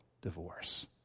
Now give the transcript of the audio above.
divorce